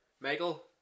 Michael